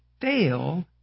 fail